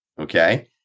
okay